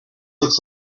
looks